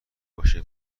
باشه